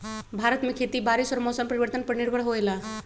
भारत में खेती बारिश और मौसम परिवर्तन पर निर्भर होयला